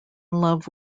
love